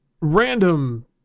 Random